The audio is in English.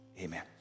Amen